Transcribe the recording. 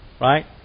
Right